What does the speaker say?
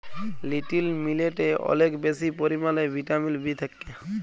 little মিলেটে অলেক বেশি পরিমালে ভিটামিল বি থ্যাকে